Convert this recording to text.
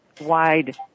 wide